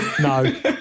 no